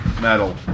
metal